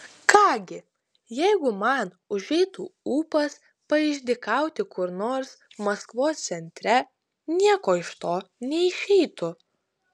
ką gi jeigu man užeitų ūpas paišdykauti kur nors maskvos centre nieko iš to neišeitų